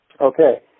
Okay